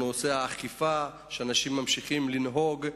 נושא האכיפה, שאנשים ממשיכים לנהוג.